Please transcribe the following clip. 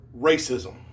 racism